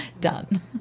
Done